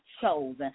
chosen